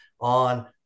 on